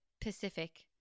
Pacific